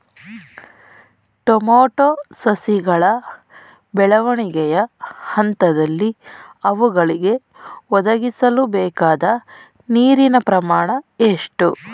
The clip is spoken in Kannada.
ಟೊಮೊಟೊ ಸಸಿಗಳ ಬೆಳವಣಿಗೆಯ ಹಂತದಲ್ಲಿ ಅವುಗಳಿಗೆ ಒದಗಿಸಲುಬೇಕಾದ ನೀರಿನ ಪ್ರಮಾಣ ಎಷ್ಟು?